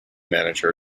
manager